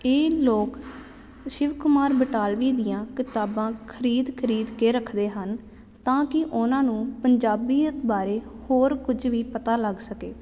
ਇਹ ਲੋਕ ਸ਼ਿਵ ਕੁਮਾਰ ਬਟਾਲਵੀ ਦੀਆਂ ਕਿਤਾਬਾਂ ਖਰੀਦ ਖਰੀਦ ਕੇ ਰੱਖਦੇ ਹਨ ਤਾਂ ਕਿ ਉਹਨਾਂ ਨੂੰ ਪੰਜਾਬੀਅਤ ਬਾਰੇ ਹੋਰ ਕੁਝ ਵੀ ਪਤਾ ਲੱਗ ਸਕੇ